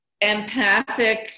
empathic